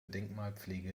denkmalpflege